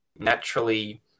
naturally